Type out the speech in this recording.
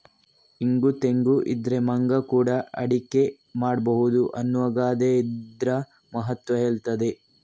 ಇಂಗು ತೆಂಗು ಇದ್ರೆ ಮಂಗ ಕೂಡಾ ಅಡಿಗೆ ಮಾಡ್ಬಹುದು ಅನ್ನುವ ಗಾದೆ ಇದ್ರ ಮಹತ್ವ ಹೇಳ್ತದೆ